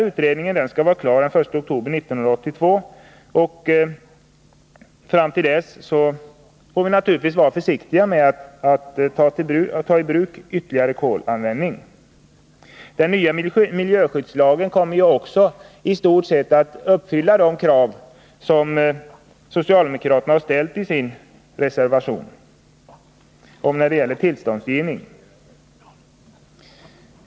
Utredningen skall vara klar den 1 oktober 1982, och fram till dess får vi naturligtvis vara försiktiga med att använda kol. Den nya miljöskyddslagen kommer också i stort sett att uppfylla de krav som socialdemokraterna har ställt i sin reservation när det gäller tillståndsgivning.